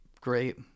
great